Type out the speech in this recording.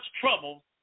trouble